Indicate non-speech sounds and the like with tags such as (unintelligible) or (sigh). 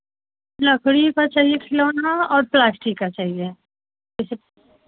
लकड़ी का चाहिए खिलौना और प्लास्टिक का चाहिए (unintelligible)